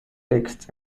texts